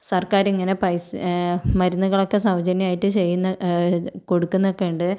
സർക്കാരിങ്ങനെ പൈസ മരുന്നുകളൊക്കെ സൗജന്യമായിട്ട് ചെയ്യുന്ന് കൊടുക്കുന്നൊക്കെ ഉണ്ട്